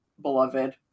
beloved